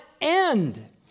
end